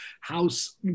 House